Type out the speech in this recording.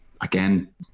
Again